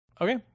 Okay